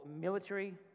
military